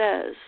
says